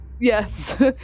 yes